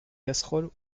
casseroles